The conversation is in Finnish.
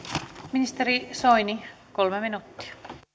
ministeri soini kolme minuuttia